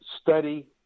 study